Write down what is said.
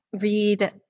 read